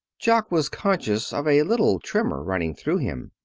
jock was conscious of a little tremor running through him.